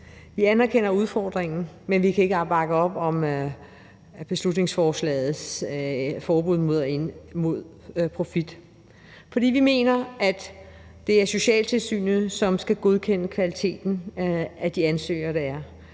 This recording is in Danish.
Vi anerkender udfordringen, men kan ikke bakke op om beslutningsforslagets forbud mod profit. For vi mener, at det er socialtilsynet, som skal godkende kvaliteten af de ansøgere, der er.